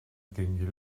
tingui